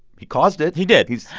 he caused it he did he's.